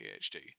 PhD